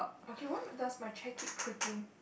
okay why does my chair keep creaking